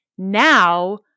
Now